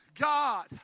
God